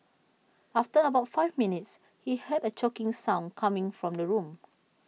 after about five minutes he heard A choking sound coming from the room